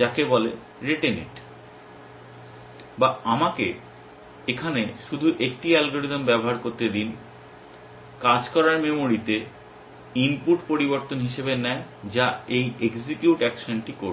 যাকে বলে Rete net বা আমাকে এখানে শুধু একটি অ্যালগরিদম ব্যবহার করতে দিন কাজ করার মেমরিতে ইনপুট পরিবর্তন হিসাবে নেয় যা এই এক্সিকিউট অ্যাকশনটি করছে